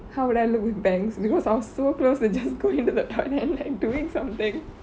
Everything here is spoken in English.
how would I look with bangs because I was so close to just going to the toilet and like doing something